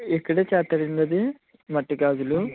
ఇక్కడే చేస్తారాండి అదీ మట్టి గాజులు